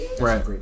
right